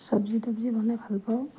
চবজি তবজি বনাই ভালপাওঁ